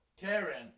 Karen